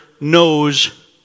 knows